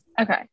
Okay